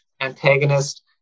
antagonist